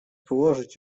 położyć